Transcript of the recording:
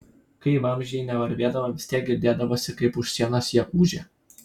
kai vamzdžiai nevarvėdavo vis tiek girdėdavosi kaip už sienos jie ūžia